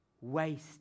waste